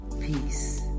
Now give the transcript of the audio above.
peace